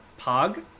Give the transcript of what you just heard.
Pog